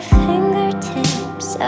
fingertips